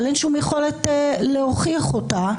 אבל אין שום יכולת להוכיח אותה?